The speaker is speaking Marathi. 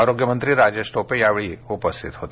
आरोग्य मंत्री राजेश टोपे हेही यावेळी उपस्थित होते